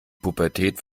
pubertät